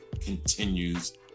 continues